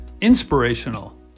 inspirational